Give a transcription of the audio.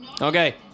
Okay